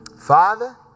Father